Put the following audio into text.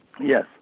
Yes